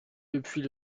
depuis